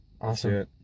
Awesome